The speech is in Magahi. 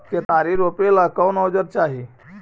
केतारी रोपेला कौन औजर चाही?